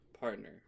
partner